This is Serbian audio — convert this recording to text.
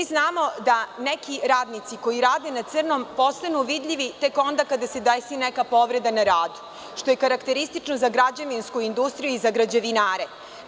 Mi znamo da neki radnici koji rade na crno, posebno vidljivi tek onda kada se desi neka povreda na radu, što je karakteristično za građevinsku industriju i za građevinare.